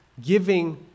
giving